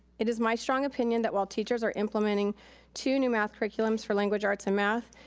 it is my strong opinion that while teachers are implementing two new math curriculums for language arts and math,